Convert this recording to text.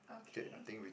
okay